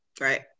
Right